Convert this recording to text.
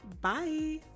Bye